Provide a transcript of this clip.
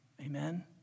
Amen